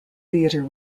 theatre